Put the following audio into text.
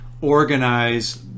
organize